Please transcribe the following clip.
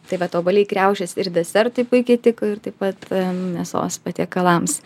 tai vat obuoliai kriaušės ir desertui puikiai tiko ir taip pat mėsos patiekalams